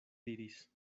diris